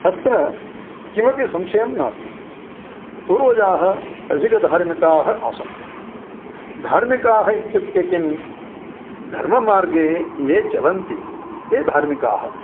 तत्र किमपि संशयं नास्ति पूर्वजाः अधिकधार्मिकाः आसन् धार्मिकाः इत्युक्ते किम् धर्ममार्गे ये चलन्ति ते धार्मिकाः